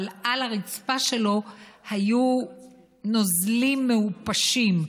אבל על הרצפה שלו היו נוזלים מעופשים.